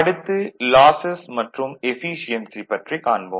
அடுத்து லாசஸ் மற்றும் எஃபீசியென்சி பற்றி காண்போம்